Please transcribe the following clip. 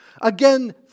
Again